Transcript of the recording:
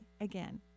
again